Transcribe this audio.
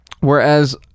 Whereas